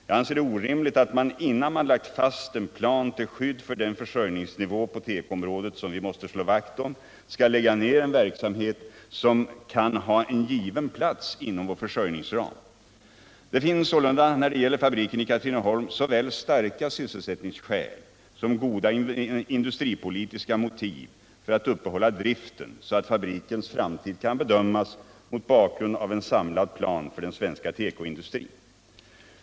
Jag anser det orimligt att man innan vi lagt fast en plan till skydd för den försörjningsnivå på tekoområdet som vi måste slå vakt om skall lägga ned verksamhet som kan ha en given plats inom vår försörjningsram. Det finns sålunda när det gäller fabriken i Katrineholm såväl starka sysselsättningsskäl som goda industripolitiska motiv för att upprätthålla driften så att fabrikens framtid kan bedömas mot bakgrund av en samlad plan för den svenska tekoindustrin.